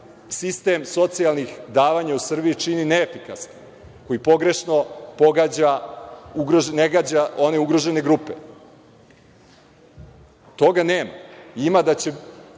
sistem socijalnih davanja u Srbiji čini neefikasnim, koji pogrešno ne gađa one ugrožene grupe. Toga nema. Ima da će